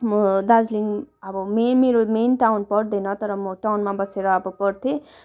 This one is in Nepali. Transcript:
म दार्जिलिङ अब मे मेन मेरो टाउन पर्दैन तर म टाउनमा बसेर अब पढ्थेँ